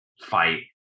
fight